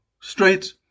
straight